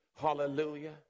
Hallelujah